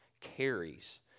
carries